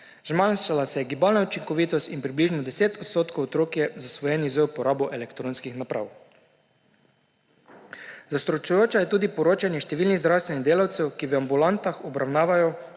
Zmanjšala se je gibalna učinkovitost in približno 10 odstotkov otrok je zasvojenih z uporabo elektronskih naprav. Zastrašujoče je tudi poročanje številnih zdravstvenih delavcev, ki v ambulantnih obravnavah